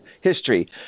history